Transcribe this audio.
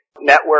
network